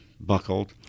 buckled